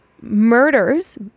murders